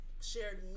shared